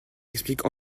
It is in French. explique